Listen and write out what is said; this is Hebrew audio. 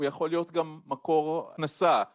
ויכול להיות גם מקור הכנסה